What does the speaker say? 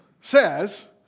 says